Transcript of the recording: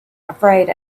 afraid